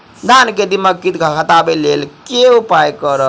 धान सँ दीमक कीट हटाबै लेल केँ उपाय करु?